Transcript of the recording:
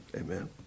Amen